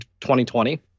2020